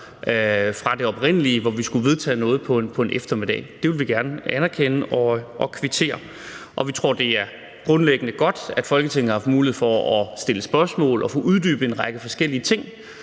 fra det oprindelige, hvor vi skulle vedtage noget på en eftermiddag. Det vil vi gerne anerkende og kvittere for. Vi tror, det er grundlæggende godt, at Folketinget har haft mulighed for at stille spørgsmål og få uddybet en række forskellige ting.